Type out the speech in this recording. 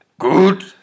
Good